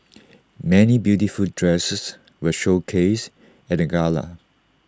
many beautiful dresses were showcased at the gala